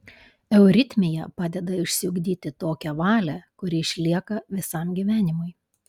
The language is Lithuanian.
euritmija padeda išsiugdyti tokią valią kuri išlieka visam gyvenimui